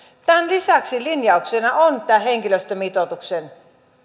tämän lisäksi linjauksena on tämän henkilöstömitoituksen